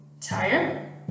Tired